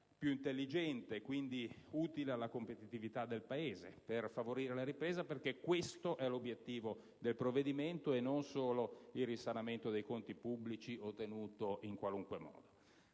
più intelligente e quindi utile alla competitività del Paese, per favorire la ripresa, perché questo è l'obiettivo del provvedimento, e non solo il risanamento dei conti pubblici ottenuto in qualunque modo.